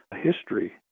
history